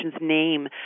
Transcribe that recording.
name